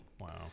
Wow